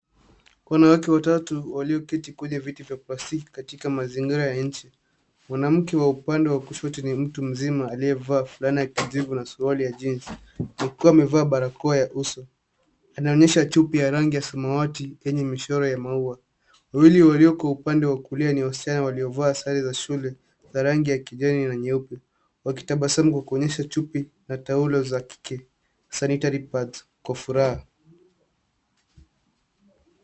Wanawake watatu walioketi kwenye viti vya plastiki katika mazingira ya nje. Mwanamke wa upande wa kushoto tu ni mtu mzima aliyevaa fulana ya kijivu na suruali ya jinsi akiwa amevaa barakoa ya uso. Anaonyesha chupi ya rangi ya samawati yenye michoro ya maua. Wawili walioko upande wa kulia ni wasichana waliovaa sare za shule za rangi ya kijani na nyeupe. Wakitabasamu kwa kuonyesha chupi na taulo za kike Sanitary pads kwa furaha.